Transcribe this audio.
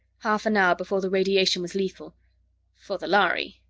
half an hour before the radiation was lethal for the lhari.